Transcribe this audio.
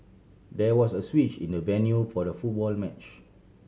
there was a switch in the venue for the football match